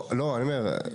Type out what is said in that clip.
אני אומר,